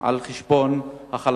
על חשבון החלשות.